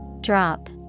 Drop